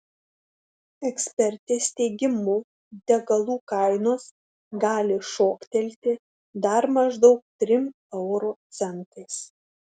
ekspertės teigimu degalų kainos gali šoktelti dar maždaug trim euro centais